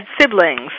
siblings